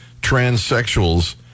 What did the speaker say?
transsexuals